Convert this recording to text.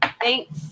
Thanks